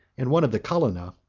and one of the colonna,